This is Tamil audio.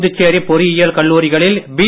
புதுச்சேரி பொறியியல் கல்லூரிகளில் பி